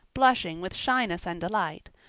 blushing with shyness and delight,